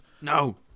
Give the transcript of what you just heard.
No